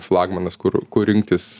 flagmanas kur kur rinktis